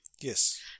Yes